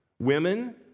women